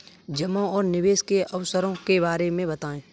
जमा और निवेश के अवसरों के बारे में बताएँ?